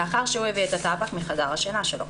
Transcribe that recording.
לאחר שהוא הביא את הטבק מחדר השינה שלו.